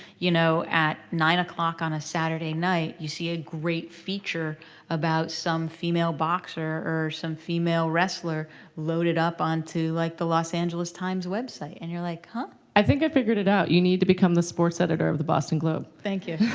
you know at nine o'clock on a saturday night, you see a great feature about some female boxer or some female wrestler loaded up onto like the los angeles times website. and you're like, huh? i think i've figured it out. you need to become the sports editor of the boston globe. thank you.